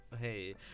hey